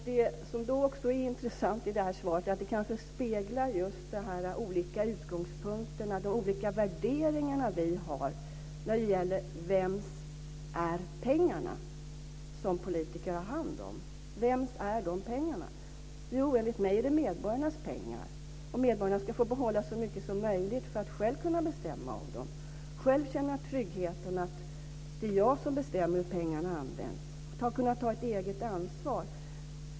Det intressanta i svaret är att detta speglar de olika utgångspunkterna, de olika värderingar vi har, när det gäller vems pengarna är som politikerna har hand om. Vems är pengarna? Enligt mig är de medborgarnas pengar. Medborgarna ska få behålla så mycket som möjligt för att själva kunna bestämma över dem, själva känna tryggheten att det är de själva som bestämmer hur pengarna används, ta eget ansvar.